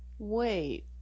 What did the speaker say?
wait